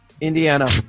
Indiana